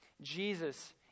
Jesus